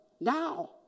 now